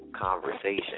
conversation